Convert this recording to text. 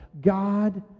God